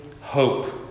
hope